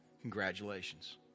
Congratulations